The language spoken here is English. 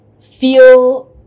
feel